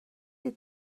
you